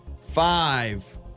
Five